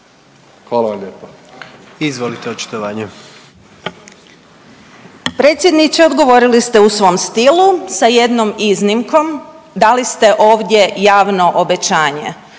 Ivana (Nezavisni)** Predsjedniče odgovorili ste u svom stilu sa jednom iznimkom, dali ste ovdje javno obećanje.